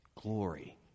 Glory